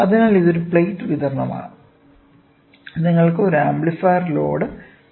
അതിനാൽ ഇത് ഒരു പ്ലേറ്റ് വിതരണമാണ് നിങ്ങൾക്ക് ഒരു ആംപ്ലിഫയർ ലോഡ് ഉണ്ട്